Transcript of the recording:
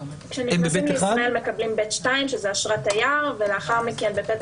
כשנכנסים לישראל מקבלים ב'2 שזה אשרת תייר ולאחר מכן בפתח